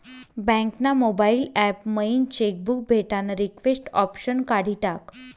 bank ना mobile app मयीन cheque book भेटानं रिक्वेस्ट ऑप्शन काढी टाकं